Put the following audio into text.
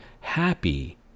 happy